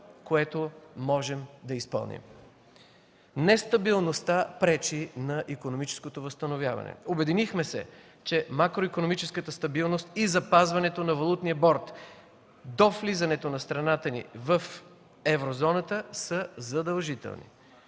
което можем да изпълним. Нестабилността пречи на икономическото възстановяване. Обединихме се, че макроикономическата стабилност и запазването на Валутния борд до влизането на страната ни в Еврозоната са задължителни.